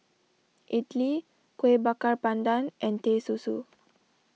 Idly Kuih Bakar Pandan and Teh Susu